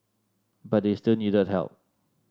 but they still needed help